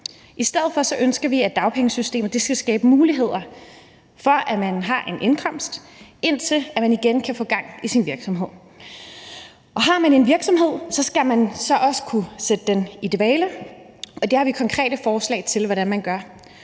I stedet for ønsker vi, at dagpengesystemet skal skabe muligheder for, at man har en indkomst, indtil man igen kan få gang i sin virksomhed. Og har man en virksomhed, skal man så også kunne sætte den i dvale, og det har vi konkrete forslag til hvordan man gør.